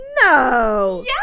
No